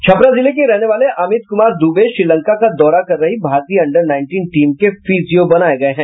छपरा जिले के रहने वाले अमित कुमार दूबे श्रीलंका का दौरा कर रही भारतीय अंडर नाईनटीन टीम के फिजियो बनाये गये हैं